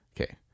Okay